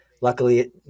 luckily